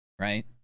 right